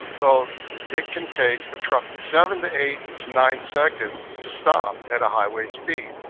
so it can take a truck seven to eight to nine seconds to stop at a highway speed.